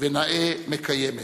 ונאה מקיימת.